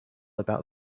about